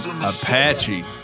Apache